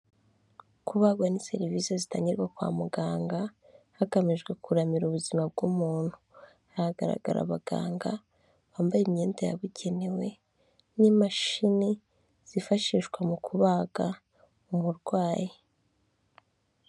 Kubagwa ni serivisi zitangirwa kwa muganga hagamijwe kuramira ubuzima bw'umuntu, hagaragara abaganga bambaye imyenda yabugenewe n'imashini zifashishwa mu kubaga umurwayi.